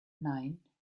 nein